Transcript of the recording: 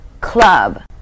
Club